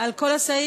על כל הסעיף?